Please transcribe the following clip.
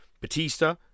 Batista